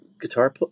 guitar